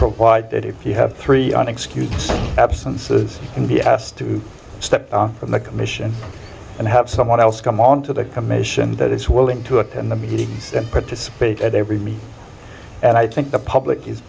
provide that if you have three on excused absences you can be asked to step from the commission and have someone else come on to the commission that is willing to attend the meetings and participate at every me and i think the public is